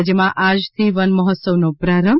રાજ્યમાં આજથી વન મહોત્સવનો પ્રારંભ